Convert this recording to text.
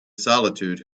solitude